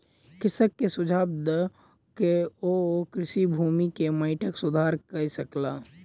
कृषक के सुझाव दय के ओ कृषि भूमि के माइटक सुधार कय सकला